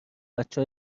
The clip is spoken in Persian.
بچه